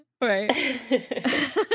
Right